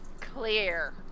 Clear